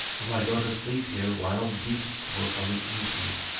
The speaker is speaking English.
if i go to sleep here wild beasts will come and eat me!